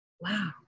wow